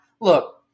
Look